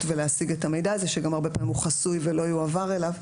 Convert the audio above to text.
ולהשיג את המידע הזה שהרבה פעמים הוא חסוי ולא יועבר אליו,